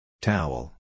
Towel